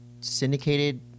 syndicated